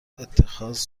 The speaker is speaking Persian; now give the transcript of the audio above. اتخاذ